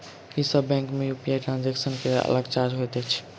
की सब बैंक मे UPI transaction केँ लेल अलग चार्ज होइत अछि?